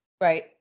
Right